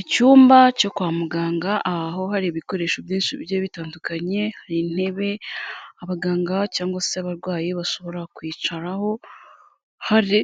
Icyumba cyo kwa muganga aha ho hari ibikoresho byinshi bigiye bitandukanye, hari intebe, abaganga cyangwa se abarwayi bashobora kwicaraho, hari